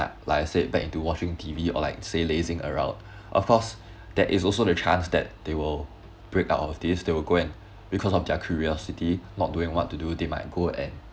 like I said back into watching T_V or like say lazing around of course that is also the chance that they will break out of this they will go and because of their curiosity not doing what to do they might go and